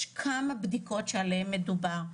יש כמה בדיקות שעליהן מדובר.